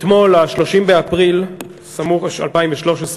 אתמול, 30 באפריל 2013,